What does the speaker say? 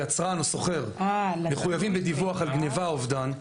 יצרן או סוחר מחויבים בדיווח על גניבה או אובדן,